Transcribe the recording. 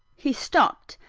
he stopped,